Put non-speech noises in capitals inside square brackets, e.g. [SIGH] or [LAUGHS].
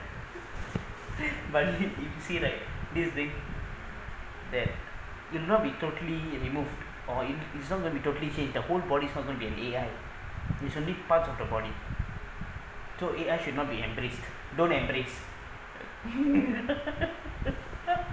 [LAUGHS] but you see that this thing that will not be totally removed or it it's not gonna be totally change the whole body is not going be an A_I usually parts of the body so A_I should not be embraced don't embrace [LAUGHS]